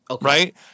Right